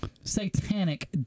satanic